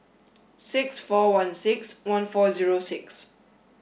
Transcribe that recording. six four one six one four zero six